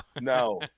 No